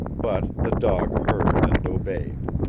but the dog heard and obeyed.